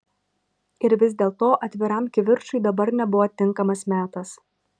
ir vis dėlto atviram kivirčui dabar nebuvo tinkamas metas